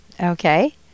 Okay